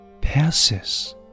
passes